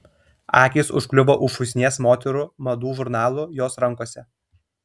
akys užkliuvo už šūsnies moterų madų žurnalų jos rankose